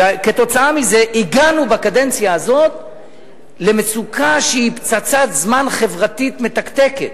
וכתוצאה מזה הגענו בקדנציה הזאת למצוקה שהיא פצצת זמן חברתית מתקתקת.